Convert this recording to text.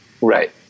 Right